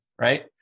right